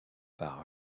par